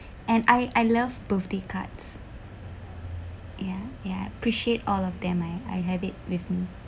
and I I love birthday cards ya ya appreciate all of them I I have it with me